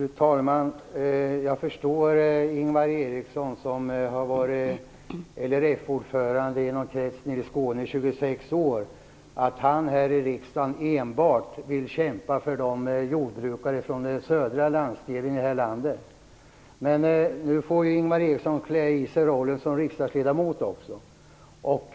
Fru talman! Jag förstår att Ingvar Eriksson som har varit LRF-ordförande i någon krets nere i Skåne i 26 år här i riksdagen enbart vill kämpa för jordbrukarna från den södra delen av det här landet. Men nu får Ingvar Eriksson även klä i sig rollen som riksdagsledamot och